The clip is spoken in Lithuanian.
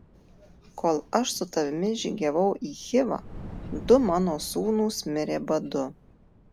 kol aš su tavimi žygiavau į chivą du mano sūnūs mirė badu